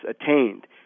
attained